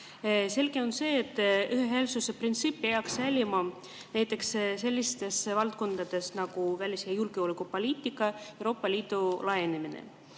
Selge on see, et ühehäälsuse printsiip peaks säilima näiteks sellistes valdkondades nagu välis‑ ja julgeolekupoliitika ning Euroopa Liidu laienemine.